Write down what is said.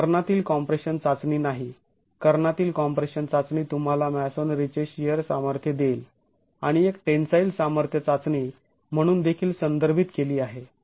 ती कर्णातील कॉम्प्रेशन चाचणी नाही कर्णातील कॉम्प्रेशन चाचणी तुम्हाला मॅसोनरीचे शिअर सामर्थ्य देईल आणि एक टेंन्साईल सामर्थ्य चाचणी म्हणून देखील संदर्भित केली आहे